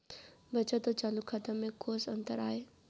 बचत अऊ चालू खाता में कोस अंतर आय?